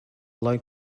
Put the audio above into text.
low